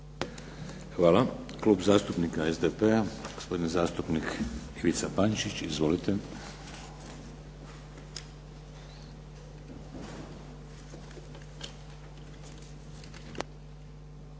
Hvala. Klub zastupnika SDP-a. Gospodin zastupnik Ivica Pančić. Izvolite.